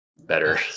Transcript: Better